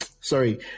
sorry